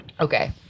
Okay